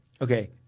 okay